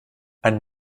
ein